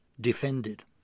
defended